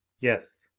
yes.